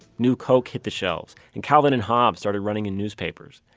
new coke hit the shelves and calvin and hobbes started running in newspapers.